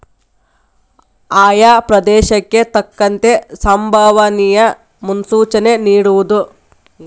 ಆಯಾ ಪ್ರದೇಶಕ್ಕೆ ತಕ್ಕಂತೆ ಸಂಬವನಿಯ ಮುನ್ಸೂಚನೆ ನಿಡುವುದು